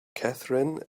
kathrine